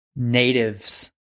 natives